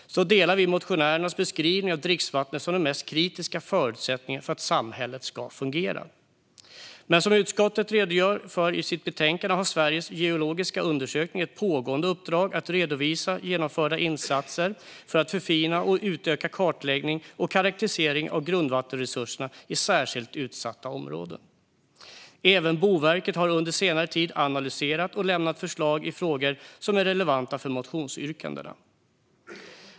Vi delar alltså motionärernas beskrivning av dricksvattnet som den mest kritiska förutsättningen för att samhället ska fungera, och som utskottet redogör för i sitt betänkande har Sveriges geologiska undersökning ett pågående uppdrag att redovisa genomförda insatser för att förfina och utöka kartläggning och karaktärisering av grundvattenresurser i särskilt utsatta områden. Även Boverket har under senare tid analyserat och lämnat förslag i frågor som är relevanta för motionsyrkandena.